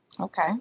Okay